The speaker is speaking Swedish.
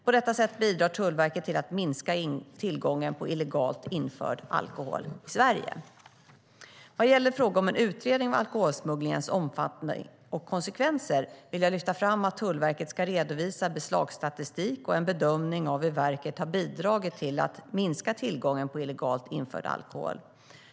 På detta sätt bidrar Tullverket till att minska tillgången på illegalt införd alkohol i Sverige. Vad gäller frågan om en utredning av alkoholsmugglingens omfattning och konsekvenser vill jag lyfta fram att Tullverket ska redovisa beslagsstatistik och en bedömning av hur verket har bidragit till att minska tillgången på illegalt införd alkohol.